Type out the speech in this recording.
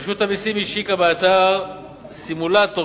רשות המסים השיקה באתר האינטרנט סימולטור,